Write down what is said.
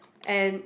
and